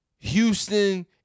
Houston